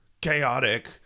chaotic